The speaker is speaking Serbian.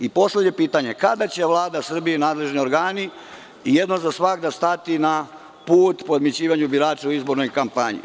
Poslednje pitanje – kada će Vlada Srbije i nadležni organi jednom za svagda stati na put podmićivanju birača u izbornoj kampanji?